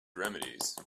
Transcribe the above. remedies